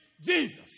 Jesus